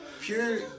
pure